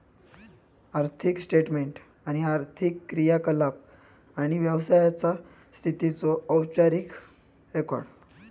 आर्थिक स्टेटमेन्ट म्हणजे आर्थिक क्रियाकलाप आणि व्यवसायाचा स्थितीचो औपचारिक रेकॉर्ड